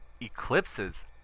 eclipses